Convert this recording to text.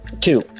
Two